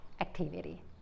activity